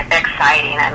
exciting